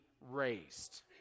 raised